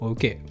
Okay